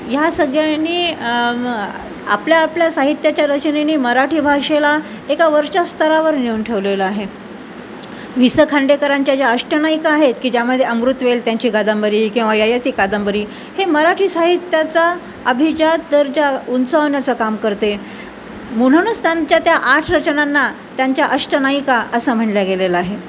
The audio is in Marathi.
या सगळ्यांनी आपल्या आपल्या साहित्याच्या रचनेने मराठी भाषेला एका वरच्या स्तरावर नेऊन ठेवलेलं आहे वि स खांंडेकरांच्या ज्या अष्ट नायिका आहेत की ज्यामध्ये अमृतवेल त्यांची कादंबरी किंवा ययाती कादंबरी हे मराठी साहित्याचा अभिजात दर्जा उंचावण्याचं काम करते म्हणूनच त्यांच्या त्या आठ रचनांना त्यांच्या अष्ट नायिका असं म्हणलं गेलेलं आहे